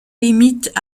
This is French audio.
limitent